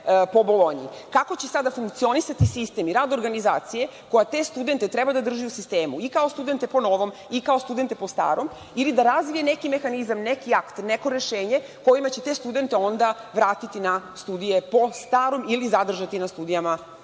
će sada funkcionisati sistem i rad organizacije koja te studente treba da drži u sistemu i kao studente po novom i kao studente po starom ili da razvije neki mehanizam, neki akt, neko rešenje kojima će te studente onda vratiti na studije po starom ili zadržati na studijama po